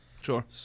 Sure